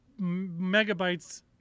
megabytes